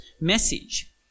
message